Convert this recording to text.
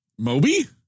Moby